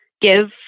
give